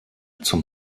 zum